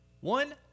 One